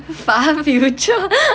far future